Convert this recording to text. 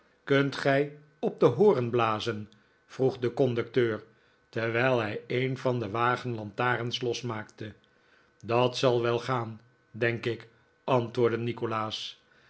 kunt gij op een hoorn blazen vroeg de conducteur terwijl hij een van de wagenlantarens losmaakte dat zal wel gaan denk ik antwoordde nikolaas